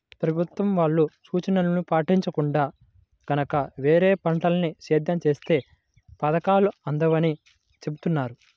ప్రభుత్వం వాళ్ళ సూచనలను పాటించకుండా గనక వేరే పంటల్ని సేద్యం చేత్తే పథకాలు అందవని చెబుతున్నారు